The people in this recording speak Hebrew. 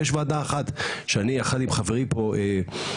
ויש ועדה אחת שאני יחד עם חברי פה אלי,